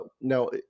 Now